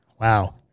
wow